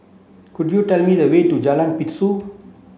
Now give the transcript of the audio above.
could you tell me the way to Jalan Pintau